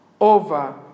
over